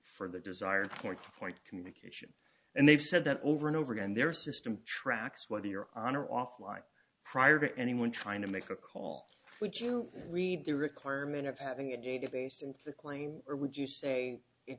for the desired point for point communication and they've said that over and over again their system tracks whether you're on or off line prior to anyone trying to make a call which you read the requirement of having a database and the claim or would you say it